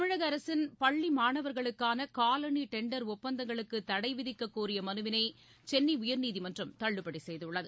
தமிழக அரசின் பள்ளி மாணவர்களுக்கான காலணி டெண்டர் ஒப்பந்தங்களுக்கு தடை விதிக்க கோரிய மனுவினை சென்னை உயர்நீதிமன்றம் தள்ளுபடி செய்துள்ளது